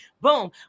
Boom